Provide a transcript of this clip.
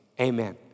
amen